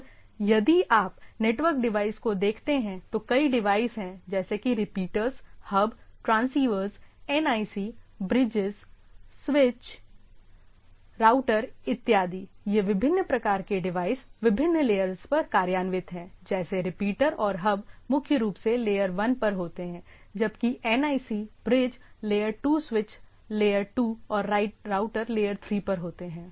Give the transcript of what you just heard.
और यदि आप नेटवर्क डिवाइस को देखते हैं तो कई डिवाइस हैं जैसे कि repeaters hub transceivers NIC bridges switch router इत्यादि ये विभिन्न प्रकार के डिवाइस विभिन्न लेयर्स पर कार्यान्वित है जैसे रिपीटर और हब मुख्य रूप से लेयर 1 पर होते हैं जबकि NIC bridge layer 2 switch layer 2 और राउटर लेयर 3 पर होते हैं